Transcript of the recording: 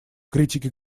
критики